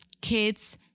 kids